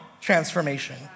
transformation